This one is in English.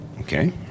Okay